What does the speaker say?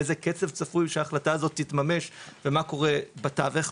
איזה קצב צפוי שההחלטה הזאת תתממש ומה קורה בתווך,